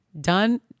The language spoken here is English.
done